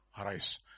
arise